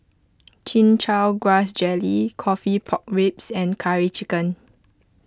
Chin Chow Grass Jelly Coffee Pork Ribs and Curry Chicken